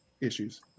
issues